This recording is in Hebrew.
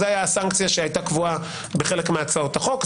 זה היה הסנקציה שהייתה קבועה בחלק מהצעות החוק,